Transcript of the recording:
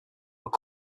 are